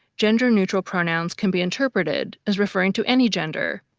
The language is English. gender-neutral pronouns can be interpreted as referring to any gender,